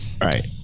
right